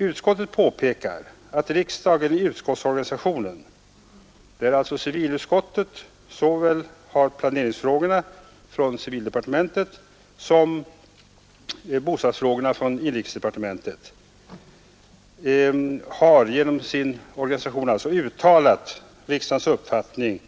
Utskottet påpekar att riksdagen genom utskottsorganisationen — där alltså civilutskottet handlägger såväl planeringsfrågorna från civildepartementet som bostadsfrågorna från inrikesdepartementet — uttryckt sin uppfattning